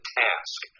task